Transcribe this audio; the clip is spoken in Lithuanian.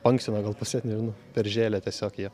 paankstino gal pasėt nežinau peržėlę tiesiog jie